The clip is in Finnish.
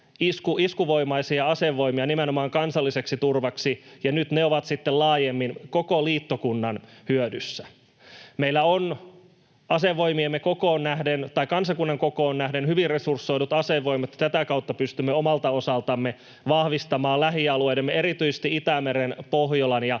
iskuvoimaisia asevoimia nimenomaan kansalliseksi turvaksi, ja nyt ne ovat sitten laajemmin koko liittokunnan hyötynä. Meillä on kansakunnan kokoon nähden hyvin resursoidut asevoimat, ja tätä kautta pystymme omalta osaltamme vahvistamaan lähialueidemme, erityisesti Itämeren, Pohjolan ja